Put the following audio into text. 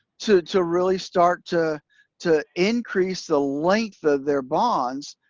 to so really start to to increase the length of their bonds,